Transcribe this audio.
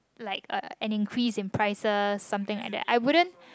like uh an increase in prices something like that I wouldn't